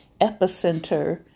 epicenter